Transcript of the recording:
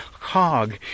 cog